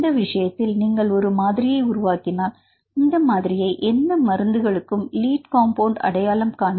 இந்த விஷயத்தில் நீங்கள் ஒரு மாதிரியை உருவாக்கினால் இந்த மாதிரியை எந்த மருந்துகளுக்கும் லீட் காம்பவுண்ட் அடையாளம் காண